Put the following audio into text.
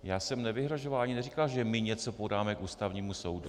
Já jsem nevyhrožoval ani neříkal, že my něco podáme k Ústavnímu soudu.